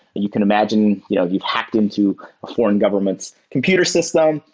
you can imagine you know you'd hacked into a foreign government's computer system.